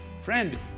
friend